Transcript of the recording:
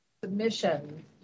submission